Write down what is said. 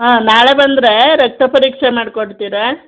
ಹಾಂ ನಾಳೆ ಬಂದರೆ ರಕ್ತ ಪರೀಕ್ಷೆ ಮಾಡಿಕೊಡ್ತೀರಾ